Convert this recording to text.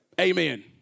Amen